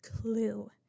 clue